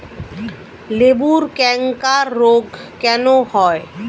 লেবুর ক্যাংকার রোগ কেন হয়?